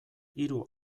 hiru